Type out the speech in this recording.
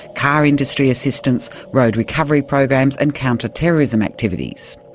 car industry assistance, road recovery programs and counter-terrorism activities.